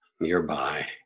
nearby